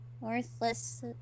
worthless